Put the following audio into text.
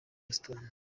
houston